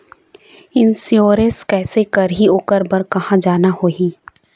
Insurance कैसे करही, ओकर बर कहा जाना होही?